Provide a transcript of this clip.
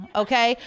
okay